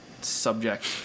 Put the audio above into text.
subject